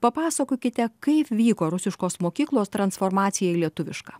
papasakokite kaip vyko rusiškos mokyklos transformacija į lietuvišką